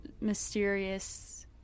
mysterious